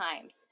times